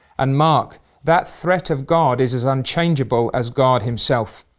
and mark that threat of god is as unchangeable as god himself.